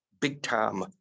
Big-time